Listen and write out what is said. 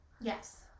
Yes